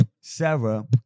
Sarah